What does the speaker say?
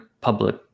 public